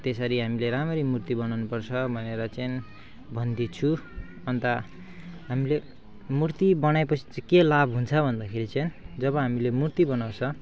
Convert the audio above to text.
त्यसरी हामीले राम्ररी मूर्ति बनाउनुपर्छ भनेर चाहिँ भनिदिन्छु अन्त हामीले मूर्ति बनाएपछि चाहिँ के लाभ हुन्छ भन्दाखेरि चाहिँ जब हामीले मूर्ति बनाउँछ